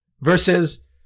Versus